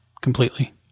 completely